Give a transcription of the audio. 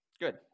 Good